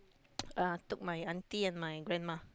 uh took my auntie and my grandma